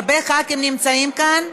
הרבה חברי כנסת נמצאים כאן.